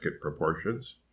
proportions